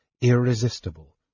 irresistible